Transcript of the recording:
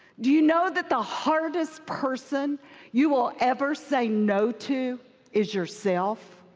do you know that the hardest person you will ever say no to is yourself,